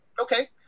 Okay